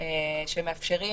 שמאפשרים